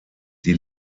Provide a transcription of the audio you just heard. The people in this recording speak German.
die